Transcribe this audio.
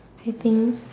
I think